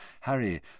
Harry